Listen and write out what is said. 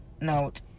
note